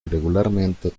irregularmente